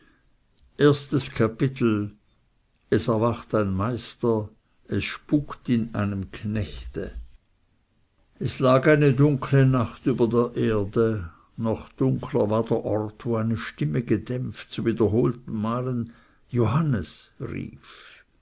erstes kapitel es erwacht ein meister es spukt in einem knechte es lag eine dunkle nacht über der erde noch dunkler war der ort wo eine stimme gedämpft zu wiederholten malen johannes rief